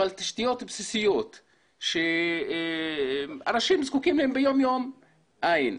אבל תשתיות בסיסיות שאנשים זקוקים להם ביום יום אין.